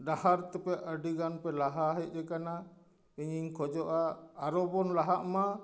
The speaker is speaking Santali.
ᱰᱟᱦᱟᱨ ᱛᱮᱯᱮ ᱟᱹᱰᱤ ᱜᱟᱱ ᱯᱮ ᱞᱟᱦᱟ ᱦᱮᱡ ᱟᱠᱟᱱᱟ ᱤᱧᱤᱧ ᱠᱷᱚᱡᱚᱜᱼᱟ ᱟᱨᱚ ᱵᱚᱱ ᱞᱟᱦᱟᱜ ᱢᱟ